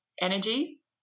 energy